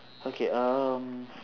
okay um